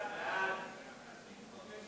חוק עובדים